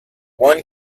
one